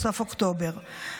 בסוף אוקטובר.